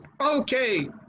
Okay